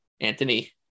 Anthony